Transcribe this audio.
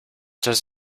does